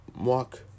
walk